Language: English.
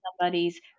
somebody's